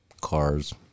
cars